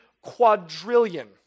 quadrillion